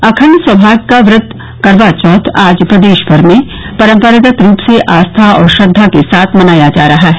अखण्ड सौभाग्य का व्रत करवा चौथ आज प्रदेशभर में परम्परागत रूप से आस्था और श्रद्वा के साथ मनाया जा रहा है